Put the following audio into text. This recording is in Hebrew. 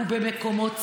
במקומות ציבוריים.